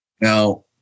Now